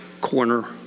Corner